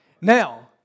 Now